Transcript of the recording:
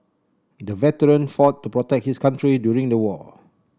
the veteran fought to protect his country during the war